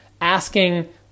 asking